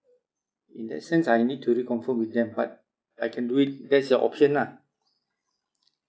in that sense I need to reconfirm with them but I can do it that's your option lah